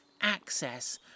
access